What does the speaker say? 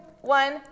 one